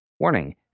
Warning